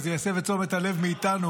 אז זה יסב את תשומת הלב מאיתנו.